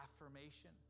affirmation